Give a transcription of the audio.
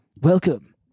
Welcome